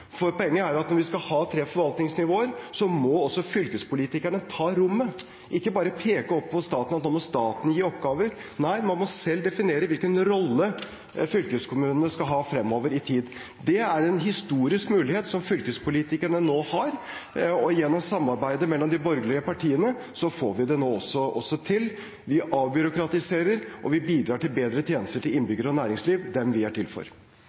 Poenget er at når vi skal ha tre forvaltningsnivåer, må også fylkespolitikerne ta rommet, ikke bare peke opp på staten, at da må staten gi oppgaver. Nei, man må selv definere hvilken rolle fylkeskommunene skal ha fremover i tid. Det er en historisk mulighet som fylkespolitikerne nå har, og gjennom samarbeidet mellom de borgerlige partiene får vi det nå også til. Vi avbyråkratiserer og vi bidrar til bedre tjenester til innbyggere og næringsliv – dem vi er til for.